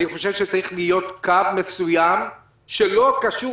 אני חושב שצריך להיות קו מסוים שלא קשור